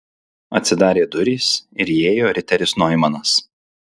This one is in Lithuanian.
atsidarė durys ir įėjo riteris noimanas